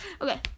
Okay